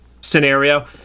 scenario